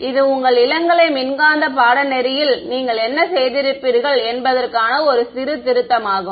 இது உங்கள் இளங்கலை மின்காந்த பாடநெறியில் நீங்கள் என்ன செய்திருப்பீர்கள் என்பதற்கான ஒரு திருத்தமாகும்